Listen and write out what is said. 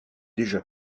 déjà